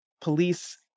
police